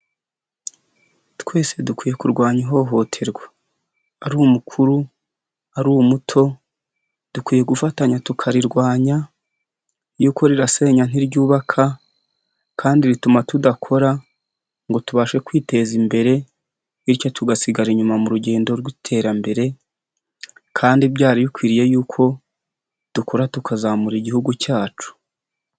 Twese dukwiye kurwanya ihohoterwa. Ari umukuru, ari umuto dukwiye gufatanya tukarirwanya yuko rirasenya ntiryubaka kandi rituma tudakora ngo tubashe kwiteza imbere bityo tugasigara inyuma mu rugendo rw'iterambere, kandi byari bikwiriye yuko dukora tukazamura Igihugu cyacu.